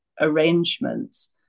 arrangements